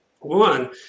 one